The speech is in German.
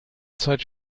zeit